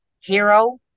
hero